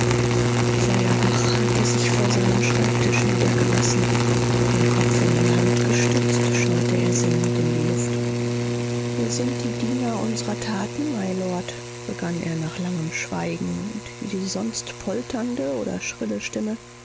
feuerbach hatte sich vor seinen schreibtisch niedergelassen den kopf in die hand gestützt schaute er sinnend in die luft wir sind die diener unsrer taten mylord begann er nach langem schweigen und die sonst polternde oder schrille stimme